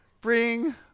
bring